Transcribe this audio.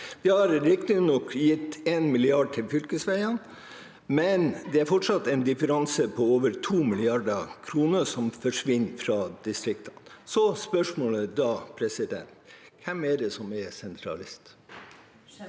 De har riktignok gitt 1 mrd. kr til fylkesveiene, men det er fortsatt en differanse på over 2 mrd. kr, som forsvinner fra distriktene. Så spørsmålet er da: Hvem er det som er sentralist?